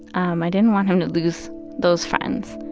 um i didn't want him to lose those fr iends.